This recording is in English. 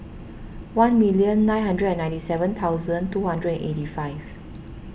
one million nine hundred ninety seven thousand two hundred eighty five